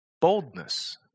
boldness